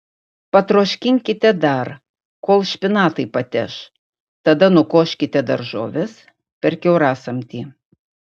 patroškinkite dar kol špinatai pateš tada nukoškite daržoves per kiaurasamtį